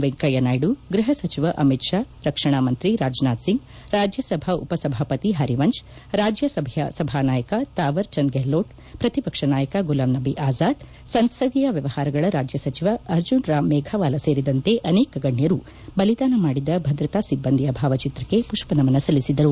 ವೆಂಕಯ್ಯನಾಯ್ಲು ಗ್ಬಹ ಸಚಿವ ಅಮಿತ್ ಶಾ ರಕ್ಷಣಾ ಮಂತ್ರಿ ರಾಜನಾಥ್ ಸಿಂಗ್ ರಾಜ್ಯಸಭಾ ಉಪ ಸಭಾಪತಿ ಹರಿವಂಶ್ ರಾಜ್ಯಸಭೆಯ ಸಭಾ ನಾಯಕ ತಾವರ್ ಚಂದ್ ಗೆಲೋಟ್ ಪ್ರತಿಪಕ್ಷ ನಾಯಕ ಗುಲಾಮ್ ನಬಿ ಆಜಾದ್ ಸಂಸದೀಯ ವ್ಯವಹಾರಗಳ ರಾಜ್ಯ ಸಚಿವ ಅರ್ಜುನ್ ರಾಮ್ ಮೇಘಾವಾಲಾ ಸೇರಿದಂತೆ ಅನೇಕ ಗಣ್ಯರು ಬಲಿದಾನ ಮಾಡಿದ ಭದ್ರತಾ ಸಿಬ್ಬಂದಿಯ ಭಾವಚಿತ್ರಕ್ಕೆ ಪುಷ್ಪ ನಮನ ಸಲ್ಲಿಸಿದರು